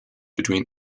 between